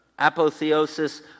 Apotheosis